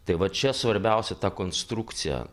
tai va čia svarbiausia tą konstrukciją